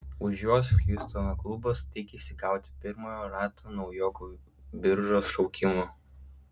už juos hjustono klubas tikisi gauti pirmojo rato naujokų biržos šaukimų